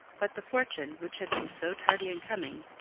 but the fortune, which had been so tardy in coming,